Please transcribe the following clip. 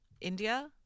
india